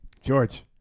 George